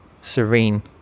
serene